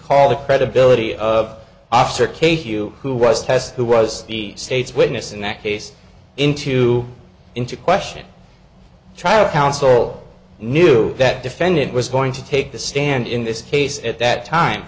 call the credibility of officer case you who was test who was the state's witness in that case into into question try to counsel knew that defendant was going to take the stand in this case at that time